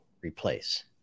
replace